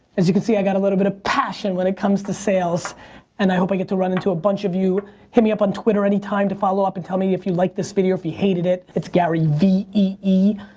as you can see, i got a little bit of passion when it comes to sales and i hope i get to run into a bunch of, you hit me up on twitter any time to follow up and tell me if you liked this video. if you hated it, it's gary v e.